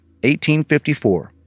1854